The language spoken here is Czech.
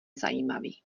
zajímavý